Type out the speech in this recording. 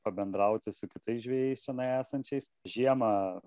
pabendrauti su kitais žvejais čionai esančiais žiemą